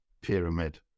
pyramid